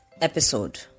episode